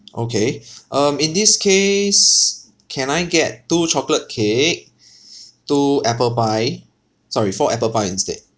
okay um in this case can I get two chocolate cake two apple pie sorry four apple pie instead